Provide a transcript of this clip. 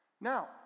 Now